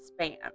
spam